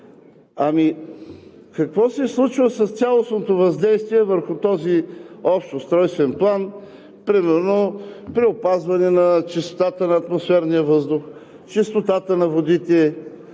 Ами какво се случва с цялостното въздействие върху този общ устройствен план – примерно при опазване на чистотата на атмосферния въздух, чистотата на водите